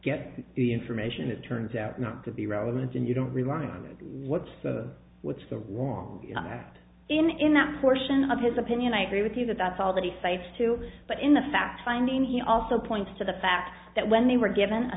get the information it turns out not to be relevant and you don't rely on it what's the what's so wrong in that portion of his opinion i agree with you that that's all that he cites too but in the fact finding he also points to the fact that when they were given a